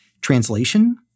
Translation